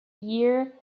year